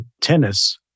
tennis